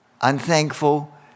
unthankful